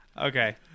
Okay